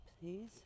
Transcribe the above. Please